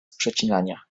przecinania